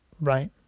Right